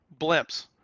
blimps